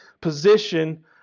position